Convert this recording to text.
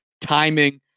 timing